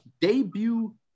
debut